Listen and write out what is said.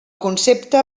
concepte